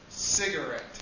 Cigarette